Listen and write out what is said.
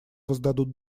воздадут